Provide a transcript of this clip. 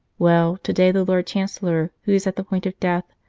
well, to-day the jlord chancellor, who is at the point of death,